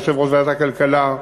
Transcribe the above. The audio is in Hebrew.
יושב-ראש ועדת הכלכלה.